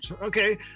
okay